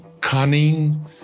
cunning